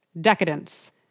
decadence